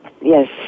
yes